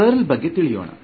ಈಗ ಕರ್ಲ್ ಬಗ್ಗೆ ತಿಳಿಯೋಣ